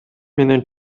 менен